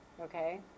Okay